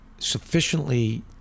sufficiently